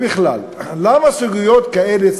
למה סוגיות כאלה,